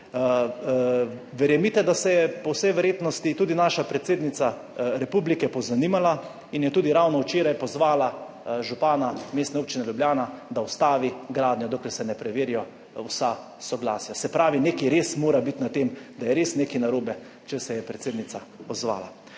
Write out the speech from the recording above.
Verjemite, da se je po vsej verjetnosti tudi naša predsednica republike pozanimala in je tudi ravno včeraj pozvala župana Mestne občine Ljubljana, da ustavi gradnjo, dokler se ne preverijo vsa soglasja. Se pravi, nekaj res mora biti na tem, da je res nekaj narobe, če se je predsednica odzvala.